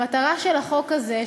המטרה של החוק הזה,